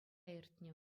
иртнӗ